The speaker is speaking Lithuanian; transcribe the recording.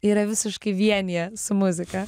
yra visiškai vienyje su muzika